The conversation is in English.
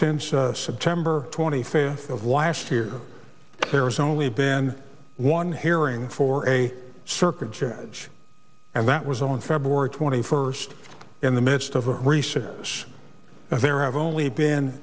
since september twenty fifth of last year there has only been one hearing for a circuit judge and that was on february twenty first in the midst of a recess a very have only been